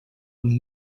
und